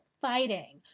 fighting